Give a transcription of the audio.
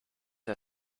der